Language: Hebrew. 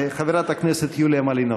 חברת הכנסת יוליה מלינובסקי.